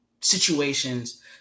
situations